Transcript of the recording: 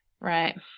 Right